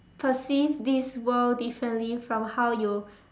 perceive this world differently from how you